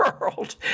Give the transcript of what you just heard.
world